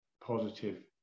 positive